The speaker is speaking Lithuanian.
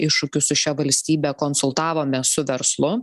iššūkių su šia valstybe konsultavomės su verslu